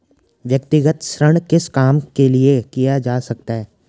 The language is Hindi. व्यक्तिगत ऋण किस काम के लिए किया जा सकता है?